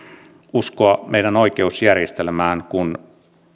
uskoa meidän oikeusjärjestelmäämme kun